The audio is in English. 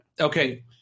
Okay